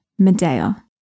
Medea